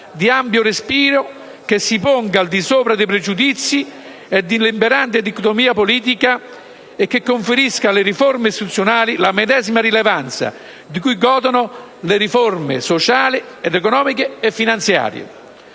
di ampio respiro che si ponga al di sopra dei pregiudizi e dell'imperante dicotomia politica e conferisca alle stesse riforme la medesima rilevanza di cui godono le riforme sociali, economiche e finanziarie.